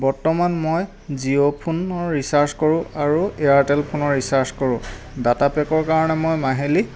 বৰ্তমান মই জিঅ' ফোনৰ ৰিচাৰ্জ কৰোঁ আৰু এয়াৰটেল ফোনৰ ৰিচাৰ্জ কৰোঁ ডাটা পেকৰ কাৰণে মই মাহিলী